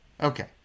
Okay